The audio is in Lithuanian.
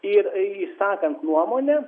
ir išsakant nuomonę